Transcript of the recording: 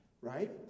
Right